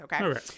Okay